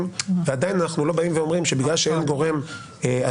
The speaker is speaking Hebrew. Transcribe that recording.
ועדיין אנחנו לא באים ואומרים שבגלל שאין גורם שאומר